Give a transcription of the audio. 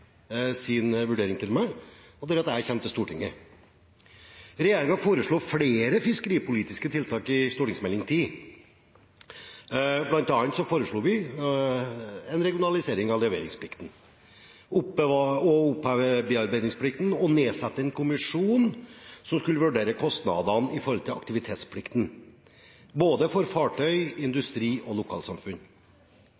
sin vurdering til meg og jeg kommer til Stortinget. Regjeringen foreslo flere fiskeripolitiske tiltak i Meld. St. 10 for 2015–2016. Blant annet foreslo vi en regionalisering av leveringsplikten, å oppheve bearbeidingsplikten og å nedsette en kommisjon som skulle vurdere kostnadene i forhold til aktivitetsplikten, både for fartøy,